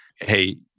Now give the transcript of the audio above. hey